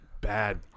bad